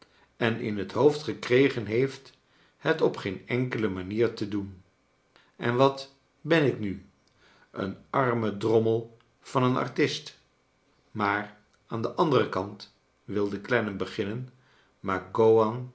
en in het hoofd gekregen heeft het op geen enkele manier te doen en vat ben ik nu een arme drommel van een artist maar aan den anderen kan'c wilde clennam beginnen